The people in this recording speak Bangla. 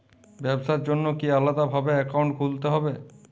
ব্যাবসার জন্য কি আলাদা ভাবে অ্যাকাউন্ট খুলতে হবে?